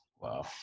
Wow